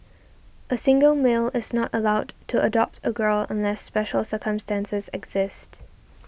a single male is not allowed to adopt a girl unless special circumstances exist